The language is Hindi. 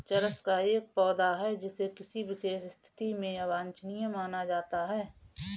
चरस एक पौधा है जिसे किसी विशेष स्थिति में अवांछनीय माना जाता है